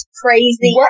crazy